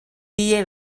tie